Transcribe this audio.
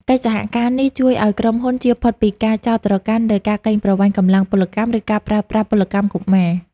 កិច្ចសហការនេះជួយឱ្យក្រុមហ៊ុនជៀសផុតពីការចោទប្រកាន់លើការកេងប្រវ័ញ្ចកម្លាំងពលកម្ម ឬការប្រើប្រាស់ពលកម្មកុមារ។